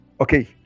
Okay